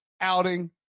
outing